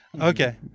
Okay